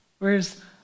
Whereas